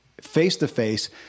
face-to-face